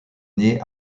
née